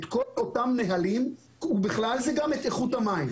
היא בודקת את כל אותם נהלים ובכלל זה גם את איכות המים,